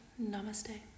Namaste